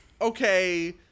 okay